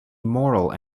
moral